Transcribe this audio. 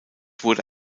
wurde